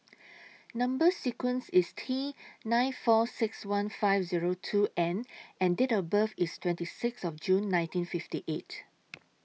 Number sequence IS T nine four six one five Zero two N and Date of birth IS twenty six of June nineteen fifty eight